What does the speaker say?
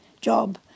job